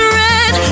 red